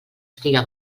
estiga